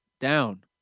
down